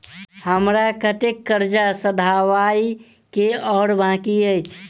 हमरा कतेक कर्जा सधाबई केँ आ बाकी अछि?